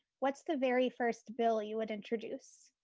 what's the very first bill you would introduce?